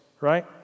right